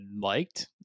liked